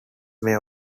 may